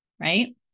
right